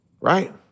right